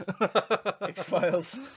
X-Files